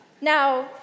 Now